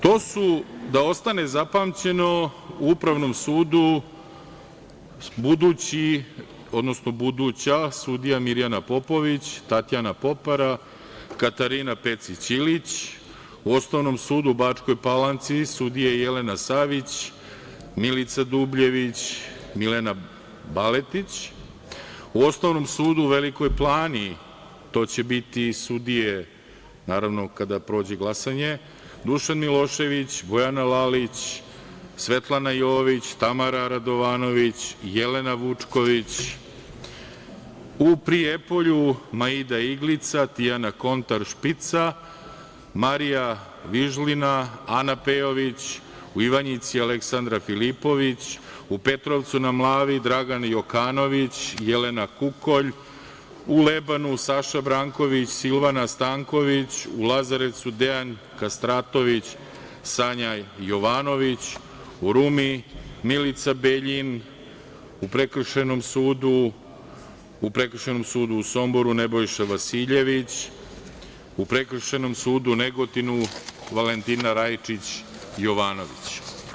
To su, da ostane zapamćeno, u Upravnom sudu – buduća sudija Mirjana Popović, Tatjana Popara, Katarina Pecić Ilić, u Osnovnom sudu u Bačkoj Palanci – sudije Jelena Savić, Milica Dubljević, Milena Baletić, u Osnovnom sudu u Velikoj Plani – to će biti sudije, naravno, kada prođe glasanje, Dušan Milošević, Bojana Lalić, Svetlana Jović, Tamara Radovanović, Jelena Vučković, u Prijepolju – Maida Iglica, Tijana Kontar Špica, Marija Vižlina, Ana Pejović, u Ivanjici – Aleksandra Filipović, u Petrovcu na Mlavi – Dragan Jokanović, Jelena Kukolj, u Lebanu – Saša Branković, Silvana Stanković, u Lazarevcu – Dejan Kastratović, Sanja Jovanović, u Rumi – Milica Beljin, u Prekršajnom sudu u Somboru – Nebojša Vasiljević, u Prekršajnom sudu u Negotinu – Valentina Rajičić Jovanović.